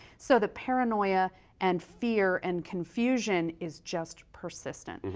so the paranoia and fear and confusion is just persistent,